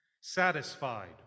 satisfied